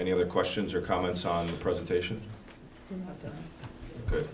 any other questions or comments on the presentation